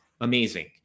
amazing